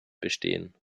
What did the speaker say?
bestehen